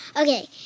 Okay